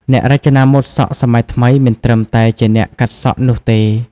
អ្នករចនាម៉ូដសក់សម័យថ្មីមិនត្រឹមតែជាអ្នកកាត់សក់នោះទេ។